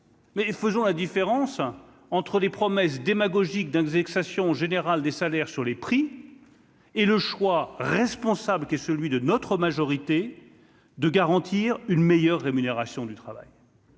Mais faisons la différence entre les promesses démagogiques d'indexation générale des salaires sur les prix et le choix responsable qui est celui de notre majorité, de garantir une meilleure rémunération du travail.